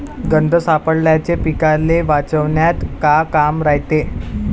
गंध सापळ्याचं पीकाले वाचवन्यात का काम रायते?